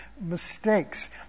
mistakes